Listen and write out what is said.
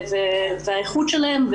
האיכות שלהם,